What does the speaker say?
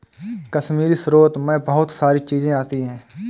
कश्मीरी स्रोत मैं बहुत सारी चीजें आती है